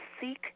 seek